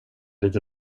lite